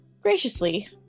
Graciously